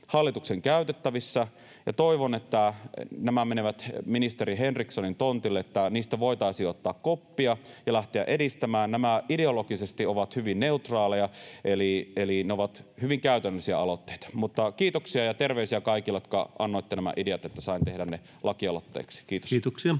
hallituksen käytettävissä, ja toivon, että nämä menevät ministeri Henrikssonin tontille, että niistä voitaisiin ottaa koppia ja lähteä edistämään niitä. Nämä ovat ideologisesti hyvin neutraaleja, eli ne ovat hyvin käytännöllisiä aloitteita. Kiitoksia ja terveisiä kaikille, jotka annoitte nämä ideat, että sain tehdä ne lakialoitteiksi. — Kiitos.